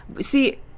See